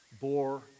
bore